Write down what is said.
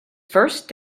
first